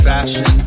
Fashion